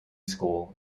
school